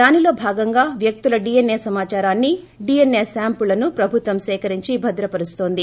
దానిలో భాగంగా వ్యక్తుల డీఎన్ఏ సమాచారాన్ని డీఎన్ఏ శాంపుళ్లను ప్రభుత్వం సేకరించి భద్రపరుస్తుంది